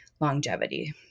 longevity